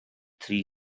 three